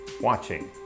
watching